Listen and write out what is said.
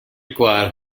require